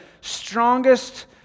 strongest